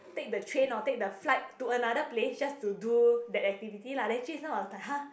take the train or take the flight to another place just to do the activity lah then jun sheng was like !huh!